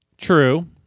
True